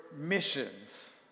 missions